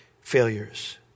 failures